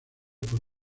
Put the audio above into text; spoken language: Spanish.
por